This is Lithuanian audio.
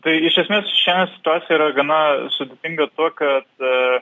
tai iš esmės šiandien situacija yra gana sudėtinga tuo kad